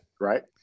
Right